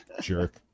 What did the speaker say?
Jerk